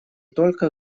только